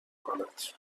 کند